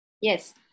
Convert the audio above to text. Yes